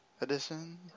edition